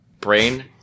Brain